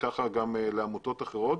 וכך גם לעמותות אחרות,